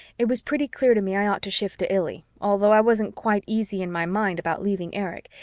it was pretty clear to me i ought to shift to illy, although i wasn't quite easy in my mind about leaving erich,